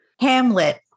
hamlet